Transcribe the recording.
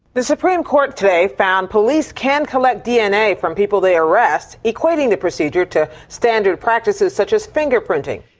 the supreme court today found police can collect dna from people they arrest, equating the procedure to standard practices such as fingerprinting.